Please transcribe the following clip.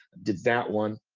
did that one.